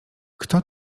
kto